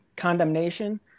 condemnation